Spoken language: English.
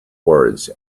words